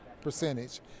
percentage